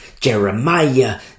Jeremiah